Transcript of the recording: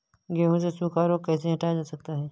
गेहूँ से सूखा रोग कैसे हटाया जा सकता है?